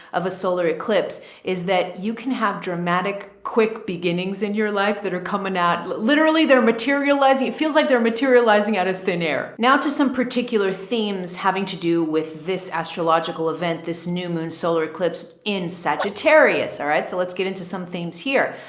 of a solar eclipse is that you can have dramatic quick beginnings in your life that are coming out. literally they're materializing. it feels like they're materializing out of thin air now to some particular themes having to do with this astrological event, this new moon, solar eclipse in sagittarius. all right. so let's get into some themes here.